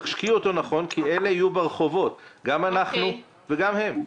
תשקיעו אותו נכון כי אלה יהיו ברחובות גם אנחנו וגם הם.